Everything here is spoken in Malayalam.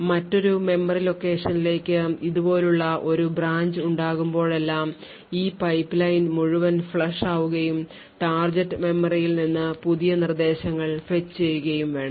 മറ്റൊരു മെമ്മറി ലൊക്കേഷനിലേക്ക് ഇതുപോലുള്ള ഒരു ബ്രാഞ്ച് ഉണ്ടാകുമ്പോഴെല്ലാം ഈ പൈപ്പ്ലൈൻ മുഴുവൻ ഫ്ലഷ് ആകുകയും ടാർഗെറ്റ് മെമ്മറിയിൽ നിന്ന് പുതിയ നിർദ്ദേശങ്ങൾ fetch ചെയ്യുകയും വേണം